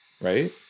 Right